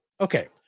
Okay